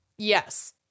Yes